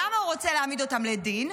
למה הוא רוצה להעמיד אותם לדין?